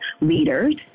leaders